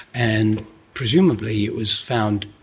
and presumably it was found.